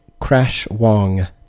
crashwong